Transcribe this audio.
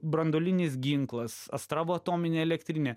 branduolinis ginklas astravo atominė elektrinė